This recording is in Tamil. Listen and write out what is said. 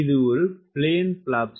இது பிளேன் பிளாப்ஸ்